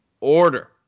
order